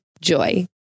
Joy